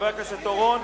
חבר הכנסת אורון,